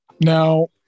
Now